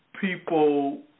people